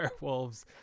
werewolves